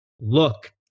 look